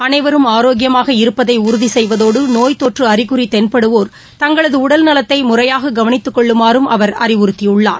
அனைவரும் ஆரோக்கியமாக இருப்பதை உறுதி செய்வதோடு நோய் தொற்று அறிகுறி தென்படுவோர் தங்களது உடல்நலத்தை முறையாக கவனித்துக் கொள்ளுமாறும் அவர் அறிவுறுத்தியுள்ளார்